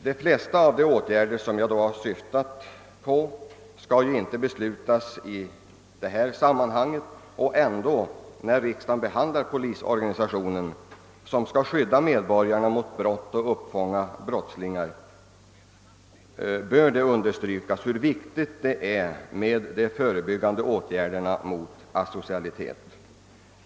De flesta av de åtgärder som jag har syftat på skall ju inte beslutas i detta sammanhang, men när riksdagen behandiar polisorganisationen, som skall skydda medborgarna mot brott och uppfånga brottslingar, bör det ändå understrykas hur viktiga de förebyggande åtgärderna mot asocialitet är.